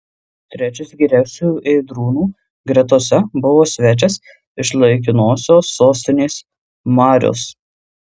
trečias geriausių ėdrūnų gretose buvo svečias iš laikinosios sostinės marius